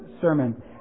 sermon